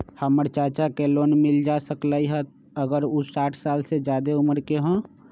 हमर चाचा के लोन मिल जा सकलई ह अगर उ साठ साल से जादे उमर के हों?